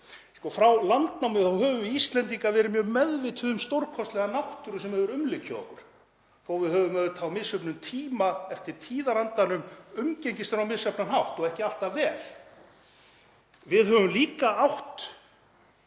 Frá landnámi höfum við Íslendingar verið mjög meðvituð um stórkostlega náttúru sem hefur umlukið okkur þó að við höfum auðvitað á misjöfnum tíma eftir tíðarandanum umgengist hana á misjafnan hátt og ekki alltaf vel. Við höfum líka átt